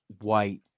white